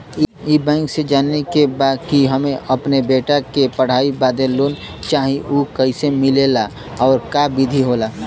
ई बैंक से जाने के बा की हमे अपने बेटा के पढ़ाई बदे लोन चाही ऊ कैसे मिलेला और का विधि होला?